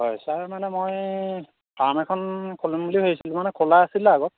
হয় ছাৰ মানে মই ফাৰ্ম এখন খুলিম বুলি ভাবিছিলোঁ মানে খোলা আছিলে আগত